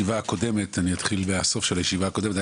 אני אתחיל מהסוף של הישיבה הקודמת: בישיבה